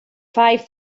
five